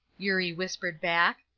eurie whispered back.